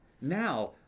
now